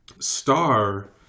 Star